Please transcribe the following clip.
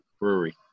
brewery